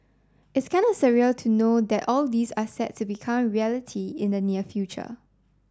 it's kinda surreal to know that all this are set to become reality in the near future